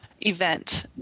event